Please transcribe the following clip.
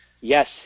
Yes